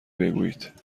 بگویید